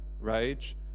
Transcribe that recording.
rage